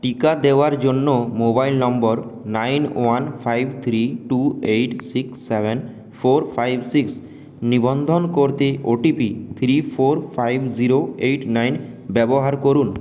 টিকা দেওয়ার জন্য mobile number nine one five three two eight six seven four five six নিবন্ধন করতে OTP three four five zero eight nine ব্যবহার করুন